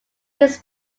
this